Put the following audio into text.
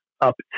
up